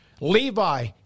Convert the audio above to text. levi